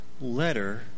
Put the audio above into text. letter